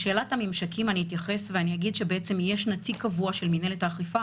לשאלת הממשקים אני אתייחס ואגיד שיש נציג קבוע של מינהלת האכיפה